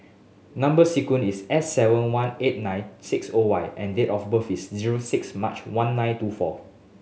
number sequence is S seven one eight nine six O Y and date of birth is zero six March one nine two four